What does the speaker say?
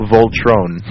Voltron